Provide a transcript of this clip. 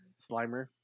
Slimer